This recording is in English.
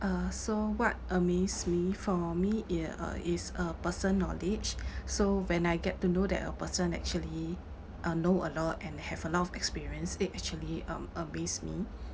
uh so what amaze me for me it uh is a person knowledge so when I get to know that a person actually uh know a lot and have a lot of experience it actually um amaze me